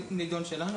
הנדון שלנו,